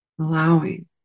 allowing